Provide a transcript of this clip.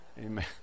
amen